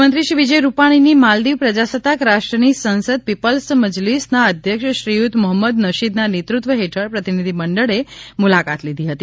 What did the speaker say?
મુખ્યમંત્રી શ્રી વિજયભાઇ રૂપાણીની માલદીવ પ્રજાસત્તાક રાષ્ટ્રની સંસદ પીપલ્સ મજલીસના અધ્યક્ષ શ્રીયુત મોહમદ નશીદના નેતૃત્વ હેઠળ પ્રતિનિધિમંડળે મુલાકાત લીધી હતી